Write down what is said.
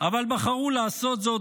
אבל בחרו לעשות זאת,